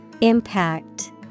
Impact